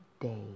day